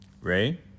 Ray